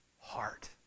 heart